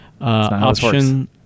Option